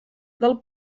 del